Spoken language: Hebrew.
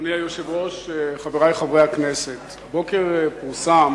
אדוני היושב-ראש, חברי חברי הכנסת, הבוקר פורסם